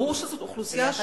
ברור שזאת אוכלוסייה שזקוקה,